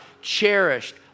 cherished